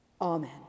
Amen